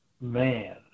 man